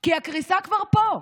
כי הקריסה כבר פה.